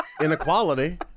inequality